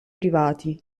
privati